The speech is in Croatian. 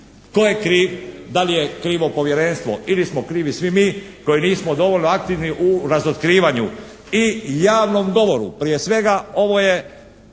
Tko je kriv? Da li je krivo povjerenstvo ili smo krivi svi mi koji nismo dovoljno aktivni u razotkrivanju i javnom govoru? Prije svega ovo je